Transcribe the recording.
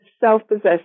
self-possessed